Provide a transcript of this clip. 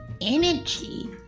energy